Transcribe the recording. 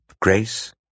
Grace